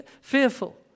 fearful